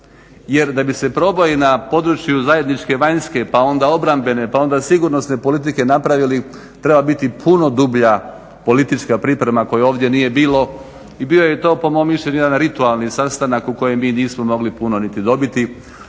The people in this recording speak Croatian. jer da bi se proboji na području zajedničke vanjske pa onda obrambene pa onda sigurnosne politike napravili treba biti puno dublja politička priprema koje ovdje nije bilo i bio je to po mom mišljenju jedan ritualni sastanak u kojem mi nismo mogli puno niti dobiti.